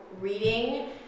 reading